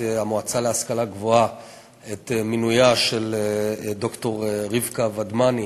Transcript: המועצה להשכלה גבוהה את מינויה של ד"ר רבקה ודמני